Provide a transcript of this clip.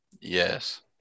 Yes